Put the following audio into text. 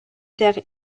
terres